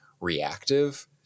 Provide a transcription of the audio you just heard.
reactive